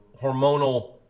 hormonal